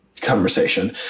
conversation